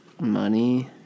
Money